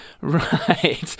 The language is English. Right